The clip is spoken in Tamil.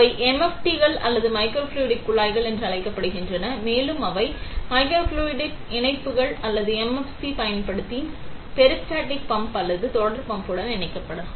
அவை MFTகள் அல்லது மைக்ரோஃப்ளூய்டிக் குழாய்கள் என்று அழைக்கப்படுகின்றன மேலும் அவை மைக்ரோஃப்ளூய்டிக் இணைப்பிகள் அல்லது MFCகளைப் பயன்படுத்தி பெரிஸ்டால்டிக் பம்ப் அல்லது தொடர் பம்புடன் இணைக்கப்படலாம்